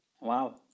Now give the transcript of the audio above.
Wow